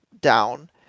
down